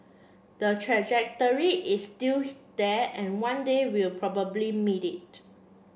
the trajectory is still there and one day we'll probably meet it